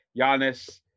Giannis